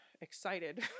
excited